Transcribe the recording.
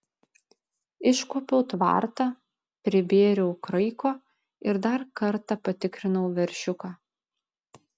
iškuopiau tvartą pribėriau kraiko ir dar kartą patikrinau veršiuką